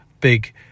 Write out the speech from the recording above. Big